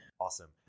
Awesome